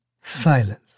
silence